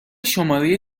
شماره